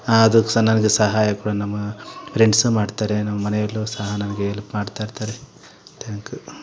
ಆದ್ರೂ ಸಹ ನನಗೆ ಸಹಾಯ ಕೂಡ ನಮ್ಮ ಫ್ರೆಂಡ್ಸು ಮಾಡ್ತಾರೆ ನಮ್ಮನೆಯಲ್ಲೂ ಸಹ ನನಗೆ ಎಲ್ಪ್ ಮಾಡ್ತಾಯಿರ್ತಾರೆ ತ್ಯಾಂಕ್ ಯು